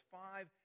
five